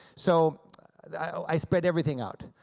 so i spread everything out.